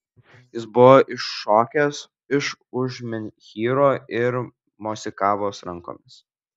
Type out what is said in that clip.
jis buvo iššokęs iš už menhyro ir mosikavo rankomis